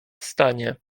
stanie